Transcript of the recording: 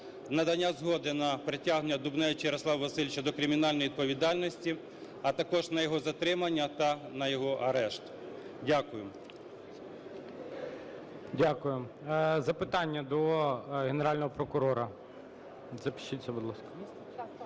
надання згоди на притягнення Дубневича Ярослава Васильовича до кримінальної відповідальності, а також на його затримання та на його арешт. Дякую. ГОЛОВУЮЧИЙ. Дякуємо. Запитання до Генерального прокурора.